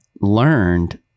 learned